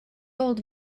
old